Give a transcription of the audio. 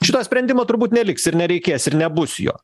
šito sprendimo turbūt neliks ir nereikės ir nebus jo